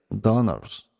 donors